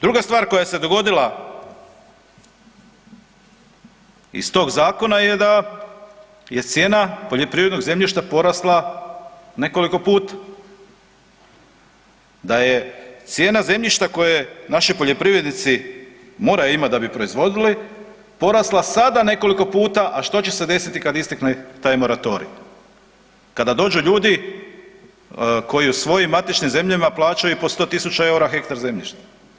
Druga stvar koja se dogodila iz tog zakona je da je cijena poljoprivrednog zemljišta porasla nekoliko puta, da je cijena zemljišta koje naši poljoprivrednici moraju imati da bi proizvodili porasla sada nekoliko puta, a što će se desiti kada istekne taj moratorij, kada dođu ljudi koji u svojim matičnim zemljama plaćaju po 100 tisuća eura hektar zemljišta.